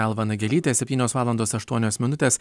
alva nagelytė septynios valandos aštuonios minutės